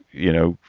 you know,